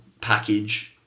package